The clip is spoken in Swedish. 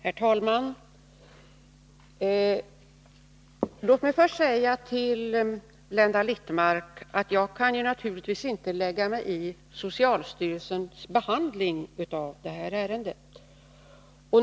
Herr talman! Låt mig först säga till Blenda Littmarck att jag naturligtvis inte kan lägga mig i socialstyrelsens behandling av detta ärende.